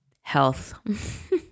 health